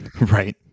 right